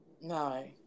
No